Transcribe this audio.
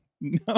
no